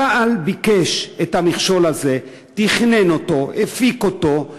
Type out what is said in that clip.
צה"ל ביקש את המכשול הזה, תכנן אותו, הפיק אותו.